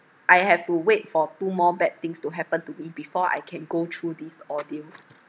I have to wait for two more bad things to happen to me before I can go through this ordeal